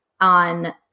on